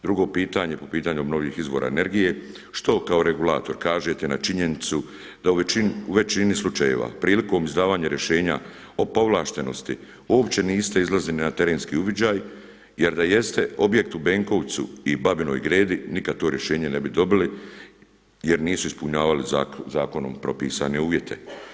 Drugo pitanje po pitanju obnovljivih izvora energije, što kao regulator kažete na činjenicu da u većini slučajeva prilikom izdavanja rješenja o povlaštenosti uopće niste izlazili na terenski uviđaj jer da jeste objekt u Benkovcu i Babinoj Gredi nikad to rješenje ne bi dobili jer nisu ispunjavali zakonom propisane uvjete?